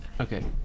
Okay